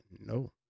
No